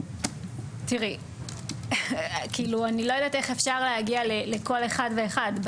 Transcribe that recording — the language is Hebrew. אני לא יודעת איך אפשר להגיע לכל אחד ואחד,